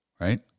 Right